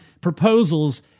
proposals